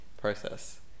process